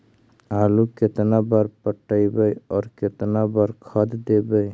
आलू केतना बार पटइबै और केतना बार खाद देबै?